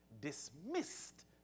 dismissed